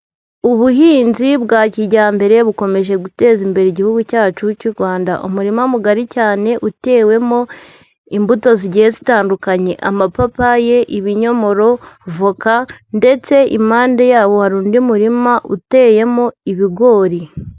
Ubuhinzi bwa kijyambere bukomeje guteza imbere igihugu cyacu cy'u Rwanda. Umurima mugari cyane, utewemo imbuto zigiye zitandukanye. Amapapayi, ibinyomoro, voka ndetse impande yawo hari undi murima uteyemo ibigori.